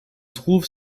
trouve